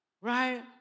Right